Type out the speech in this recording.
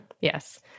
Yes